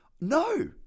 no